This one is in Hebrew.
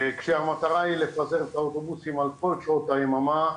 כשהמטרה היא לפזר את האוטובוסים על כל שעות היממה,